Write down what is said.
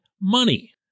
money